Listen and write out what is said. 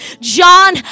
John